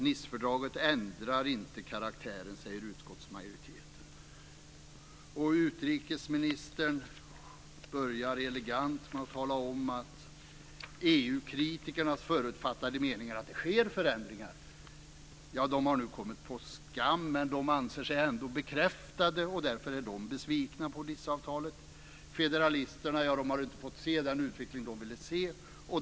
Nicefördraget ändrar inte karaktären, säger utskottsmajoriteten. Och utrikesministern börjar elegant med att tala om att EU-kritikernas förutfattade meningar att det sker förändringar nu har kommit skam, men de anser ändå att förändringarna är bekräftade och därför är de besvikna på Niceavtalet. Federalisterna har inte fått se den utveckling de ville se.